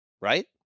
Right